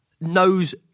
knows